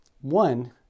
One